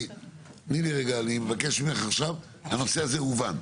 תני לי רגע, אני מבקש ממך עכשיו, הנושא זה הובן.